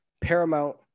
Paramount